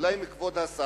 אולי כבוד השר,